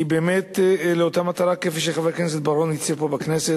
היא באמת לאותה מטרה כפי שחבר הכנסת בר-און הצהיר פה בכנסת,